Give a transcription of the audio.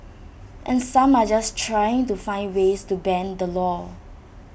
and some are just trying to find ways to bend the law